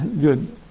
Good